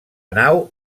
nau